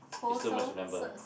is too much remember